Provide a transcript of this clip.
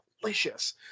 delicious